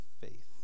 faith